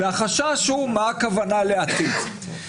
והחשש הוא מה הכוונה לעתיד.